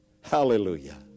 Hallelujah